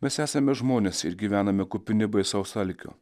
mes esame žmonės ir gyvename kupini baisaus alkio